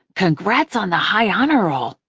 congrats on the high honor roll.